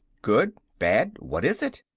good? bad? what is it?